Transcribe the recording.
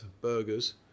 burgers